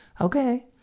Okay